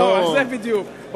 זהו בדיוק,